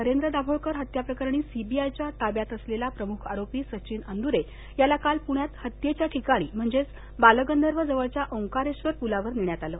नरेंद्र दाभोळकर हत्या प्रकरणी सीबीआय च्या ताब्यात असलेला प्रमुख आरोपी सचिन अन्दुरे याला काल प्ण्यात हत्येच्या ठिकाणी म्हणजेच बालगंधर्व जवळच्या ओंकारेबर पुलावर नेण्यात आलं